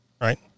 right